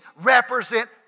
represent